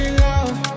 love